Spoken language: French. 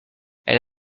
elle